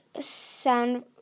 sound